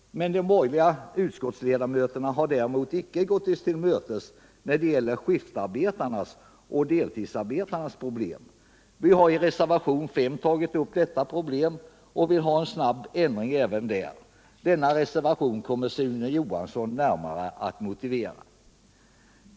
De borgerliga utskottsledamöterna har däremot icke gått oss till mötes när det gäller skiftarbetarnas och deltidsarbetarnas problem. Vi har i reservationen 5 tagit upp detta problem och vill ha snabb ändring även där. Denna reservation kommer Sune Johansson närmare att motivera.